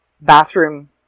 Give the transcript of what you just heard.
bathroom